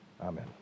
amen